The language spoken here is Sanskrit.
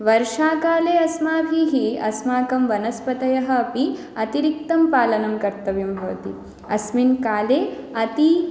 वर्षाकाले अस्माभिः अस्माकं वनस्पतयः अपि अतिरिक्तं पालनं कर्तव्यं भवति अस्मिन् काले अती